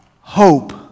hope